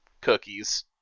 cookies